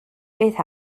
beth